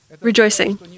rejoicing